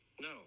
No